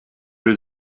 will